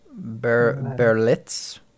Berlitz